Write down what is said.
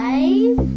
Five